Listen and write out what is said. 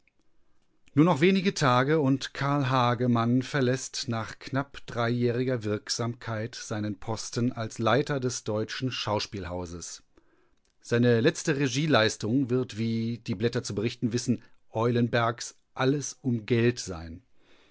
nur noch wenige tage und carl hagemann verläßt nach knapp dreijähriger wirksamkeit seinen posten als leiter des deutschen schauspielhauses seine letzte regieleistung wird wie die blätter zu berichten wissen eulenbergs alles um geld sein